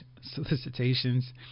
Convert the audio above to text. solicitations